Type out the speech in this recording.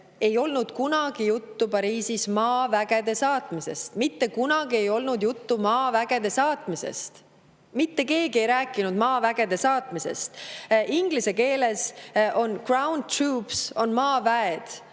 ei olnud kordagi juttu maavägede saatmisest. Mitte kordagi ei olnud juttu maavägede saatmisest. Mitte keegi ei rääkinud maavägede saatmisest. Inglise keeles onground troopsmaaväed,